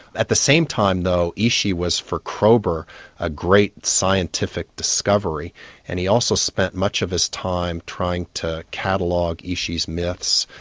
at the same time though ishi was for kroeber a great scientific discovery and he also spent much of his time trying to catalogue ishi's myths,